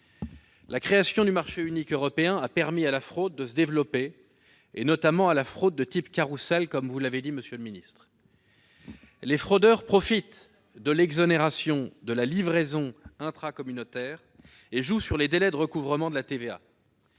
La création du marché unique européen a permis à la fraude, notamment à celle de type carrousel, de se développer, vous l'avez dit, monsieur le ministre. Les fraudeurs profitent de l'exonération de la livraison intracommunautaire et jouent sur les délais de recouvrement de la TVA.